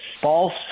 false